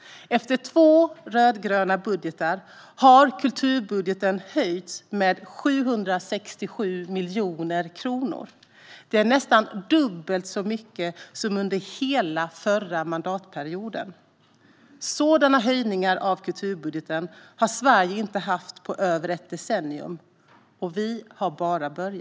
Efter två rödgröna budgeter har kulturbudgeten höjts med 767 miljoner kronor. Det är nästan dubbelt så mycket som under hela förra mandatperioden. Sådana höjningar av kulturbudgeten har Sverige inte haft på över ett decennium, och vi har bara börjat.